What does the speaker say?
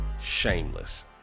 shameless